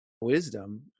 wisdom